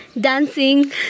Dancing